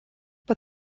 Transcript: but